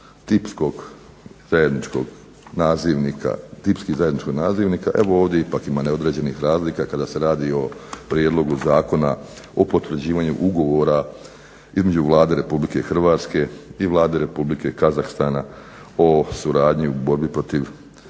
tipskog zajedničkog nazivnika evo ovdje ipak ima neodređenih razlika kada se radi o Prijedlogu zakona o potvrđivanju Ugovora između Vlade Republike Hrvatske i Vlade Republike Kazahstan o suradnji u borbi protiv